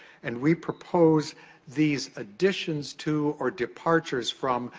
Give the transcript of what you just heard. and we propose these additions to, or departures from,